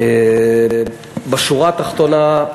בשורה התחתונה,